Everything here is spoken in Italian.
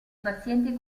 pazienti